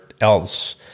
else